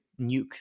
nuke